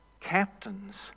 captains